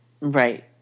Right